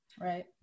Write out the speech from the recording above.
Right